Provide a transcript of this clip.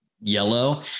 yellow